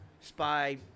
Spy